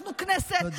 אנחנו כנסת,